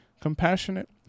compassionate